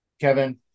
Kevin